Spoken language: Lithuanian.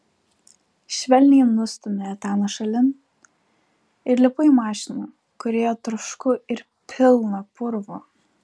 švelniai nustumiu etaną šalin ir lipu į mašiną kurioje trošku ir pilna purvo